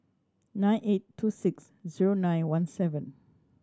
nine eight two six zero nine one seven